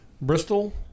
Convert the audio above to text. Bristol